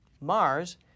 Mars